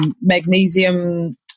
Magnesium